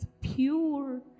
pure